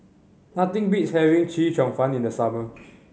nothing beats having Chee Cheong Fun in the summer